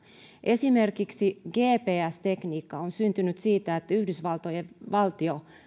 esimerkiksi gps tekniikka on syntynyt siitä että yhdysvaltojen valtio